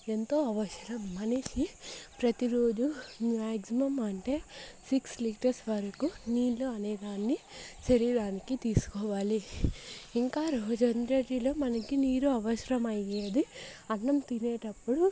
ఎంతో అవసరం మనిషి ప్రతిరోజు మ్యాక్సిమమ్ అంటే సిక్స్ లీటర్స్ వరకు నీళ్లు అనేదాన్ని శరీరానికి తీసుకోవాలి ఇంకా రోజంతటిలో మనకి నీరు అవసరమయ్యేది అన్నం తినేటప్పుడు